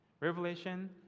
Revelation